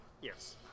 Yes